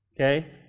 Okay